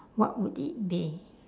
what would it be